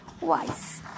wise